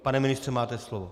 Pane ministře, máte slovo.